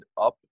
up